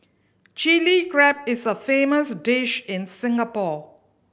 Chilli Crab is a famous dish in Singapore